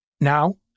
Now